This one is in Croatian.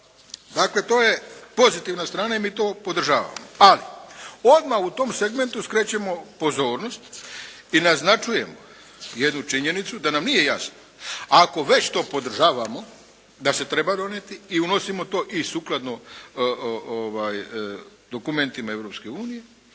Dakle to je pozitivna strana i mi to podržavamo. Ali, odma u tom segmentu skrećemo pozornost i naznačujemo jednu činjenicu da nam nije jasna, ako već to podržavamo da se treba donijeti i unosimo to i sukladno dokumentima